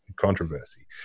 controversy